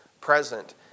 present